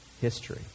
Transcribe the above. history